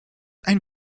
ein